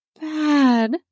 bad